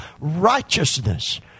righteousness